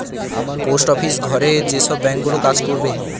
post office ঘরে যেসব bank গুলো কাজ করবে